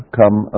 come